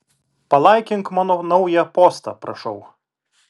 palaikink mano naują postą prašau